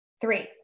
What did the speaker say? three